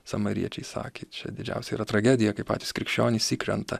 samariečiai sakė čia didžiausia yra tragedija kai patys krikščionys įkrenta